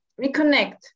reconnect